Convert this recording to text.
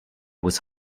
was